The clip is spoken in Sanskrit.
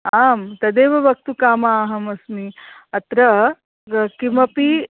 आं तदेव वक्तुकामा अहमस्मि अत्र किमपि